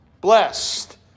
blessed